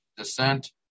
Descent